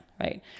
right